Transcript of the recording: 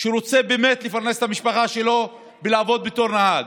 שרוצה לפרנס את המשפחה שלו ולעבוד בתור נהג,